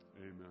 Amen